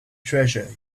treasure